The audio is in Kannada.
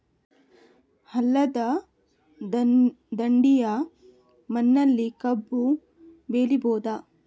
ಹಳ್ಳದ ದಂಡೆಯ ಮಣ್ಣಲ್ಲಿ ಕಬ್ಬು ಬೆಳಿಬೋದ?